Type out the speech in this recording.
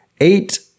eight